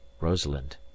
rosalind